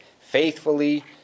faithfully